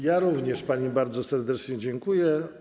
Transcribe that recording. Ja również pani bardzo serdecznie dziękuję.